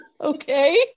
Okay